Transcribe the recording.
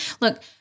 Look